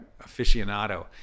aficionado